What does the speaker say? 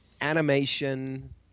animation